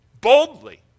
Boldly